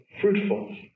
fruitful